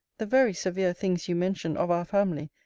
the very severe things you mention of our family,